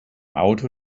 auto